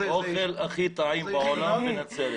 האוכל הכי טעים בעולם בנצרת.